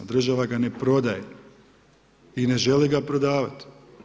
Država ga ne prodaje i ne želi ga prodavati.